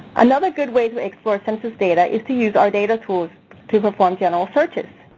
another good way to explore census data is to use our data tools to perform general searches.